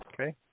Okay